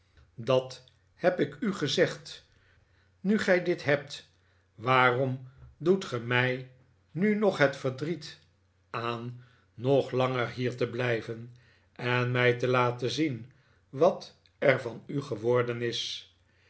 dat heb ik u gezegd nu gij dit hebt waarom doet ge mij nu nog het verdriet aan nog langer hier te blijven en mij te laten zien wat er van u geworden is